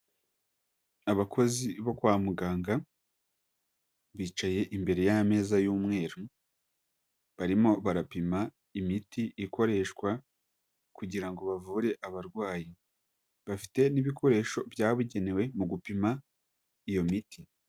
Abakozi bo kwa muganga bicaye imbere y'ameza y'umweru, barimo barapima imiti ikoreshwa kugira ngo bavure abarwayi, bafite n'ibikoresho byabugenewe mu gupima iyo miti.